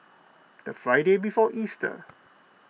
the Friday before Easter